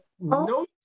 No